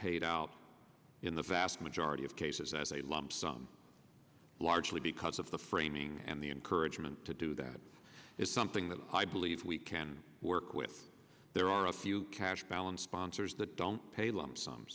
paid out in the vast majority of cases as a lump sum largely because of the framing and the encouragement to do that is something that i believe we can work with there are a few cash balance sponsors that don't pay lump sum